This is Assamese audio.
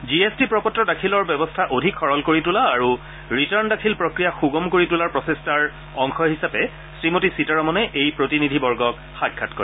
জি এছ টি প্ৰ পত্ৰ দাখিলৰ ব্যৱস্থা অধিক সৰল কৰি তোলা আৰু ৰিটাৰ্ণ দাখিল প্ৰক্ৰিয়া সুগম কৰি তোলাৰ প্ৰচেষ্টাৰ অংশ হিচাপে শ্ৰীমতী সীতাৰমনে এই প্ৰতিনিধিবৰ্গক সাক্ষাৎ কৰে